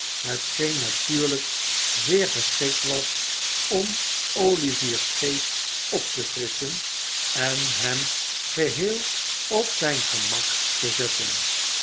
hetgeen natuurlijk zeer geschikt was om olivier's geest op te frisschen en hem geheel op zijn gemak te zetten